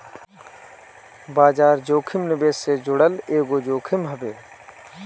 बाजार जोखिम निवेश से जुड़ल एगो जोखिम हवे